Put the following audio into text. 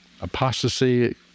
apostasy